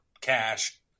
cash